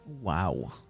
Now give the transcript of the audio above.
Wow